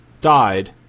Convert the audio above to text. died